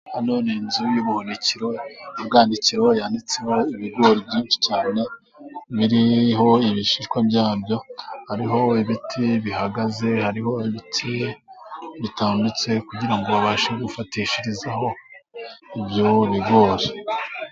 Hano ni inzu y'ubuhunikiro yabwanditseho yanditseho ibigori byinshi cyane biriho ibishishwa byabyo, hariho ibiti bihagaze, hariho ibiti bitambitse kugirango babashe gufatishirizaho ibyo bigori.